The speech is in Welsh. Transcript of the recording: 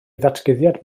ddatguddiad